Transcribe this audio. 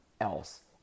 else